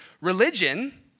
Religion